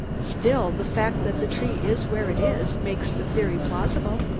still, the fact that the tree is where it is, makes the theory plausible.